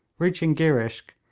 reaching girishk,